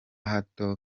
hato